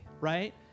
right